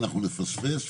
אנחנו נפספס,